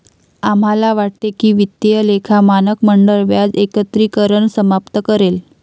आम्हाला वाटते की वित्तीय लेखा मानक मंडळ व्याज एकत्रीकरण समाप्त करेल